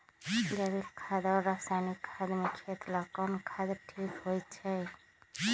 जैविक खाद और रासायनिक खाद में खेत ला कौन खाद ठीक होवैछे?